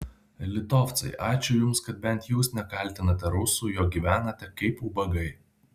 litovcai ačiū jums kad bent jūs nekaltinate rusų jog gyvenate kaip ubagai